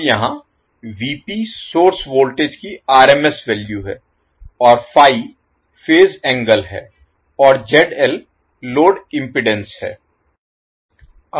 अब यहाँ source voltage की RMS वैल्यू है और फेज एंगल है और लोड इम्पीडेन्स है